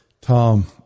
Tom